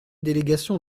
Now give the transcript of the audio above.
délégations